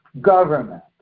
government